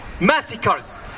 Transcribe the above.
massacres